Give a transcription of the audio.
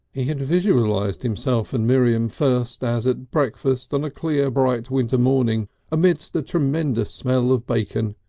he had visualised himself and miriam first as at breakfast on a clear bright winter morning amidst a tremendous smell of bacon,